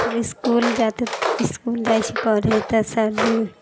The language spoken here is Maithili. हम इसकुल जाते इसकुल जाइ छी पढ़ै तऽ सरजी